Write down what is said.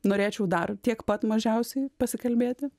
norėčiau dar tiek pat mažiausiai pasikalbėti